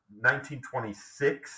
1926